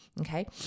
Okay